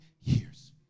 years